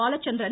Balachandran